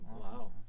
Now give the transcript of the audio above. Wow